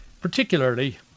particularly